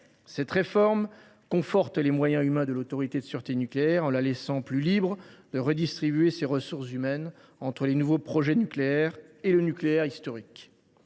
Cette réforme conforte les moyens humains de l’autorité de sûreté nucléaire, en la laissant plus libre de redistribuer ses ressources humaines entre les nouveaux projets nucléaires et le nucléaire historique.